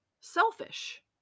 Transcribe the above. selfish